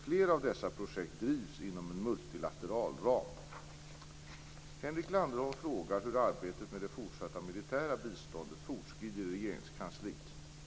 Flera av dessa projekt drivs inom en multilateral ram. Henrik Landerholm frågar hur arbetet med det fortsatta militära biståndet fortskrider i Regeringskansliet.